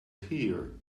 here